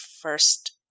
first